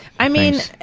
i mean,